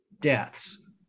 deaths